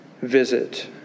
visit